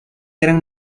gran